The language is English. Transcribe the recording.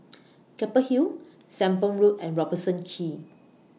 Keppel Hill Sembong Road and Robertson Quay